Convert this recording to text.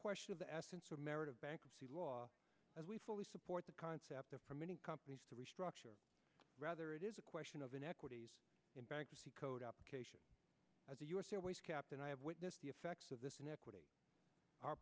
question of the essence of merit of bankruptcy law as we fully support the concept of permitting companies to restructure rather it is a question of inequities in bankruptcy code up of the u s airways captain i have witnessed the effects of this inequity